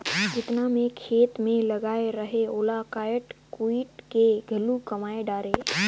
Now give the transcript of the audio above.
जेतना मैं खेत मे लगाए रहें ओला कायट कुइट के घलो कमाय डारें